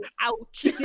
Ouch